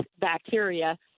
bacteria